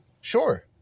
Sure